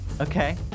okay